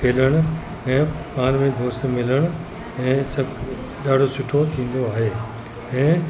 खेॾण ऐं पाण में दोस्त मिलण ऐं सभु ॾाढो सुठो थींदो आहे ऐं